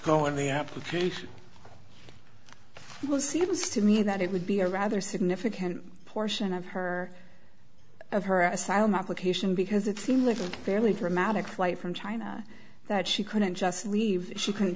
seems to me that it would be a rather significant portion of her of her asylum application because it seemed like a fairly dramatic flight from china that she couldn't just leave she couldn't